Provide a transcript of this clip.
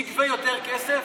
נגבה יותר כסף?